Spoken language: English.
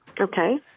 Okay